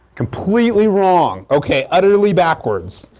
completely wrong! ok? utterly backwards.